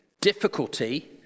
Difficulty